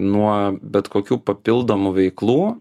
nuo bet kokių papildomų veiklų